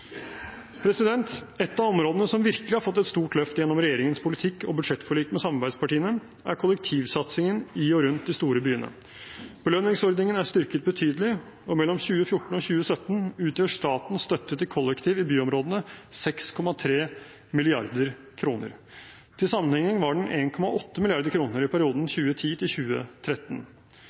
Et av områdene som virkelig har fått et stort løft gjennom regjeringens politikk og budsjettforlik med samarbeidspartiene, er kollektivsatsingen i og rundt de store byene. Belønningsordningen er styrket betydelig, og mellom 2014 og 2017 utgjør statens støtte til kollektivtransport i byområdene 6,3 mrd. kr. Til sammenligning var den på 1,8 mrd. kr i perioden